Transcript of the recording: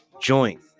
joint